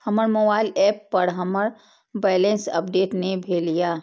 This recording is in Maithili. हमर मोबाइल ऐप पर हमर बैलेंस अपडेट ने भेल या